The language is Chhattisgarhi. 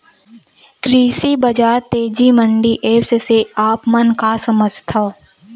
कृषि बजार तेजी मंडी एप्प से आप मन का समझथव?